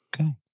Okay